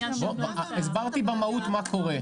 הסברתי במהות מה קורה.